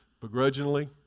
begrudgingly